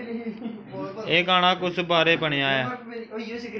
एह् गाना कुस ब'रे बनेआ ऐ